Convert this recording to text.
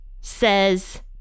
says